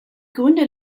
gründe